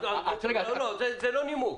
זה לא נימוק.